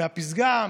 מהפסגה,